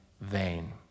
vain